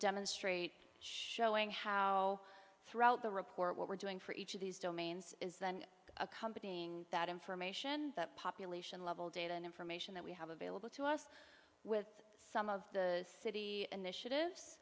demonstrate showing how throughout the report what we're doing for each of these domains is then accompanying that information that population level data and information that we have available to us with some of the city